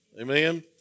Amen